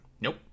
Nope